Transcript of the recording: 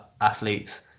athletes